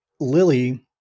Lily